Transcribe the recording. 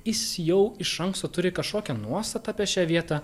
jis jau iš anksto turi kažkokią nuostatą apie šią vietą